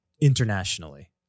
internationally